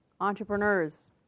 Entrepreneurs